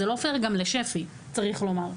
זה לא פייר גם לשפ"י צריך לומר,